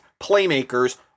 playmakers